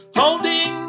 holding